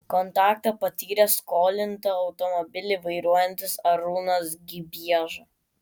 kontaktą patyrė skolinta automobilį vairuojantis arūnas gibieža